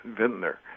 vintner